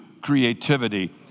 creativity